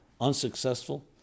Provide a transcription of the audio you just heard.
unsuccessful